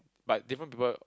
but different people